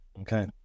Okay